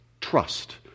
trust